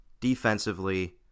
defensively